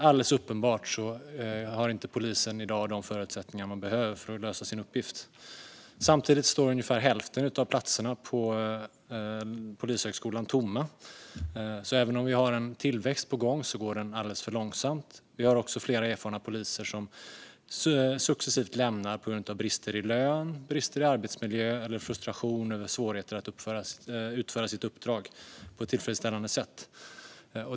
Alldeles uppenbart har polisen i dag inte de förutsättningar man behöver för att lösa sin uppgift. Samtidigt står ungefär hälften av platserna på Polishögskolan tomma. Även om vi har en tillväxt på gång går den alldeles för långsamt. Vi har också flera erfarna poliser som successivt lämnar yrket på grund av brister i lön, brister i arbetsmiljö eller frustration över svårigheter att utföra sitt uppdrag på ett tillfredsställande sätt.